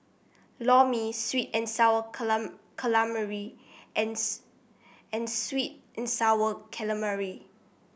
Lor Mee sweet and sour calamari and and sweet and sour calamari